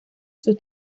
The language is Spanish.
sus